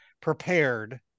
prepared